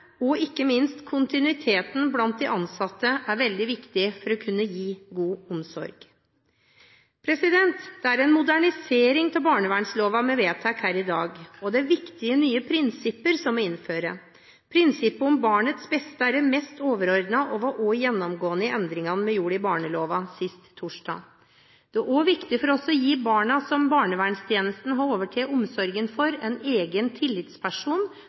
– ikke minst er kontinuitet blant de ansatte veldig viktig for å kunne gi god omsorg. Det er en modernisering av barnevernsloven vi vedtar her i dag, og vi innfører viktige nye prinsipper. Prinsippet om barnets beste er det mest overordnede, og det var også gjennomgående i de endringene vi gjorde i barneloven sist torsdag. Det er også viktig for oss å gi barna som barnevernstjenesten har overtatt omsorgen for, en egen tillitsperson